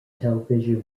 television